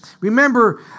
Remember